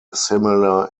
similar